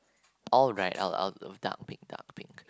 all right I'll I'll dark pink